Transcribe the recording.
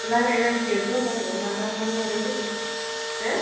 रायज्लायनांसिगोन जमानो मा मा लानाय जायो हो